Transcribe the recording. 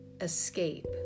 escape